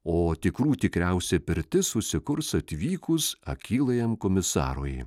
o tikrų tikriausia pirtis užsikurs atvykus akylajam komisarui